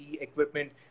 equipment